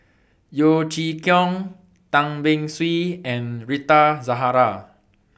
Yeo Chee Kiong Tan Beng Swee and Rita Zahara